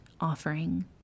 offering